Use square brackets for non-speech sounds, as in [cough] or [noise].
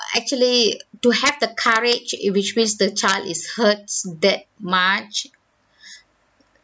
uh actually to have the courage in which means the child is hurts that much [breath]